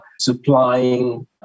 supplying